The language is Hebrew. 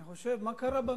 אני חושב, מה קרה במדינה?